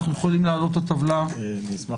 אנחנו יכולים להעלות את הטבלה כמצגת.